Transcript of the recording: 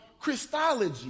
Christology